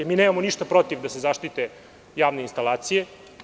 Nemamo ništa protiv da se zaštite javne instalacije.